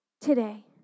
today